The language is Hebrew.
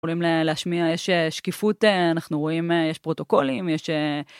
יכולים להשמיע, יש שקיפות, אנחנו רואים, יש פרוטוקולים, יש...